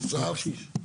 קשיש.